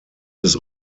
des